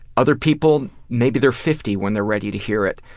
other people, maybe they're fifty when they're ready to hear it.